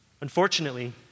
Unfortunately